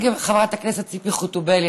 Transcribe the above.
חברת הכנסת ציפי חוטובלי,